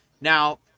Now